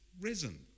risen